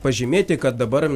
pažymėti kad dabar